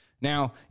Now